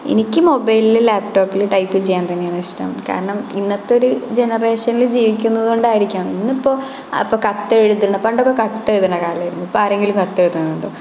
എനിക്ക് മൊബൈലിലും ലാപ്ടോപ്പിലും ടൈപ്പ് ചെയ്യാന് തന്നെയാണ് ഇഷ്ടം കാരണം ഇന്നത്തെ ഒരു ജനറേഷനില് ജീവിക്കുന്നത് കൊണ്ടായിരിക്കാം ഇന്നിപ്പോൾ അപ്പോൾ കത്തെഴുതണം പണ്ടൊക്കെ കത്തെഴുതുന്ന കാലായിരുന്നു ഇപ്പോൾ ആരെങ്കിലും കത്തെഴുതുന്നുണ്ടോ